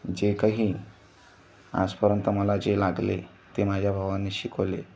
जे काही आजपर्यंत मला जे लागले ते माझ्या भावानी शिकवले